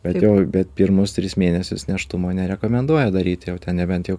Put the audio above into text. bet jau bet pirmus tris mėnesius nėštumo nerekomenduoja daryt jau ten nebent jau